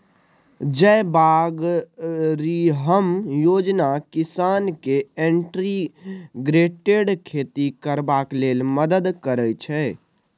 जयबागरिहम योजना किसान केँ इंटीग्रेटेड खेती करबाक लेल मदद करय छै